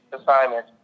assignment